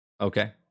Okay